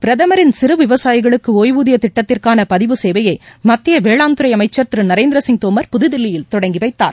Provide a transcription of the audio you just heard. பிரதமரின் சிறு விவசாயிகளுக்கு ஓய்வூதிய திட்டத்திற்கான பதிவு சேவையை மத்திய வேளாண் துறை அமைச்சர் திரு நரேந்திரசிங் தோமர் புதுதில்லியில் தொடங்கி வைத்தார்